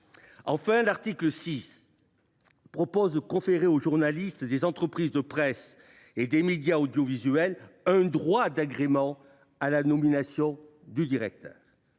Enfin, l’article 6 confère aux journalistes des entreprises de presse et des médias audiovisuels un droit d’agrément sur la nomination du directeur.